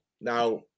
Now